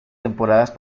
temporadas